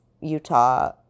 Utah